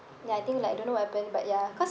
ya I think like don't know what happened but ya cause